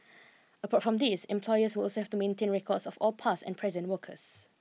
apart from these employers will also have to maintain records of all past and present workers